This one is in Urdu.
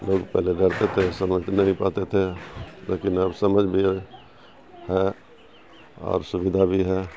لوگ پہلے ڈرتے تھے سمجھ نہیں پاتے تھے لیکن اب سمجھ بھی ہے ہے اور سودیدھا بھی ہے